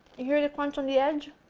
you hear the crunch on the edge?